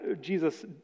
Jesus